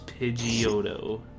Pidgeotto